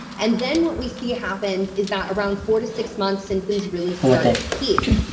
and then what we see happens is that, around four to six months, symptoms really start to peak.